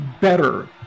better